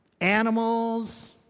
animals